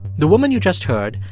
the woman you just heard,